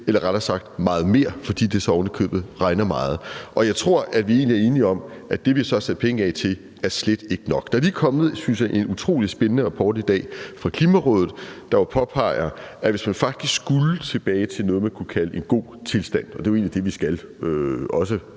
er det måske meget mere, fordi det så ovenikøbet regner meget. Jeg tror, at vi egentlig er enige om, at det, vi så har sat penge af til, slet ikke er nok. Der er lige kommet en utrolig spændende, synes jeg, rapport i dag fra Klimarådet, der jo påpeger, at hvis man faktisk skulle tilbage til noget, man kunne kalde en god tilstand – og det er jo egentlig det, vi skal, også